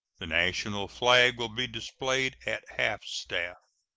the national flag will be displayed at half-staff.